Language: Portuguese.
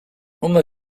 uma